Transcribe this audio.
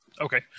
Okay